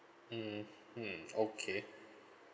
mmhmm okay